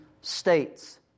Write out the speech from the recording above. states